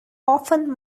often